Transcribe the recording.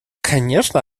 конечно